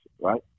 right